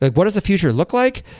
like what does the future look like?